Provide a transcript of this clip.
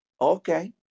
okay